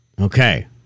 Okay